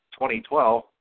2012